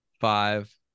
five